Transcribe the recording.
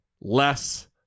Less